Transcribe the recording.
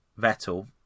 Vettel